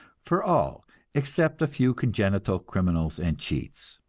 for all except a few congenital criminals and cheats.